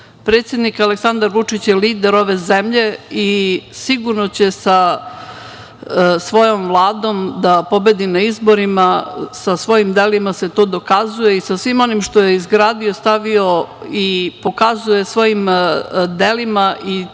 Predsednik Aleksandar Vučić je lider ove zemlje i sigurno će sa svojom Vladom da pobedi na izborima. Sa svojim delima se to dokazuje i sa svim onim što je izgradio, i pokazuje svojim delima, i tim